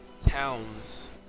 towns